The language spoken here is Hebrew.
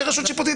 כרשות שיפוטית,